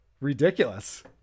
ridiculous